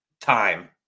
time